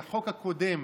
החוק הקודם